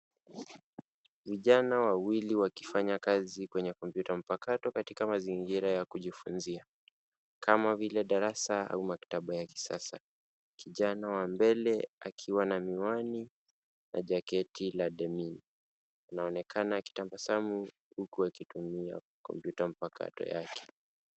Vijana wawili wakifanya kazi kwenye kompyuta mpakato katika mazingira ya kujifunzia, kama vile darasa au maktaba ya kisasa. Kijana wa mbele akiwa na miwani na jaketi la demini. Anaonekana akitabasamu huku akitumia kompyuta mpakato yake.